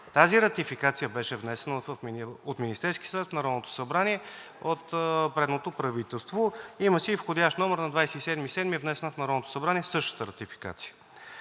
Тази ратификация беше внесена от Министерския съвет в Народното събрание от предното правителство. Имаше и входящ номер, на 27 юли е внесена в Народното събрание същата ратификация.